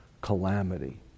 calamity